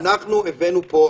הבאנו פה,